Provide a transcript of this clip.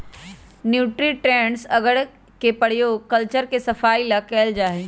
nutrients अगर के प्रयोग कल्चर के सफाई ला कइल जाहई